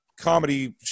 comedy